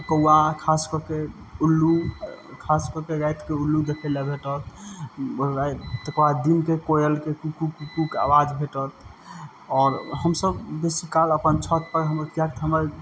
कौआ खास ऊल्लू खास कऽ के रातिके उल्लू देखै लए भेटत तकर बाद दिन के कोयलके कुक्कू कुक्कूके आवाज भेटत आओर हमसब बेसी काल अपन छत पर हमर किएकि तऽ हमर